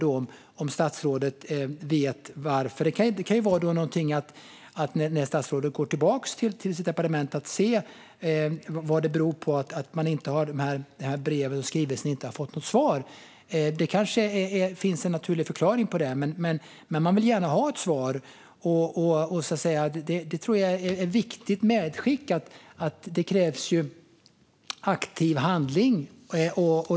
Vet statsrådet varför det inte har kommit något svar på brevet? Det kan ju vara någonting för statsrådet att se efter när han går tillbaka till sitt departement - vad det beror på att det här brevet och skrivelsen inte har fått något svar. Det kanske finns en naturlig förklaring till det. Men man vill gärna ha ett svar, och jag tror att det är ett viktigt medskick att det krävs aktiv handling.